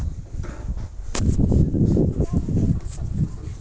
गाईचे संगोपन कसे करायचे?